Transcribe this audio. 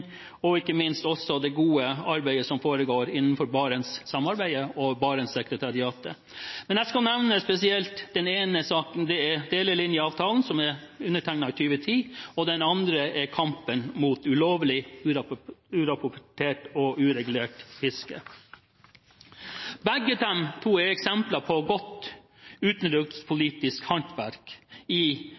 og ikke minst det gode arbeidet som foregår innenfor Barentssamarbeidet og Barentssekretariatet. Den ene saken gjelder delelinjeavtalen, som ble undertegnet i 2010, og den andre gjelder kampen mot ulovlig, urapportert og uregulert fiske. Begge to er eksempler på godt utenrikspolitisk håndverk når det gjelder ressursforvaltningen i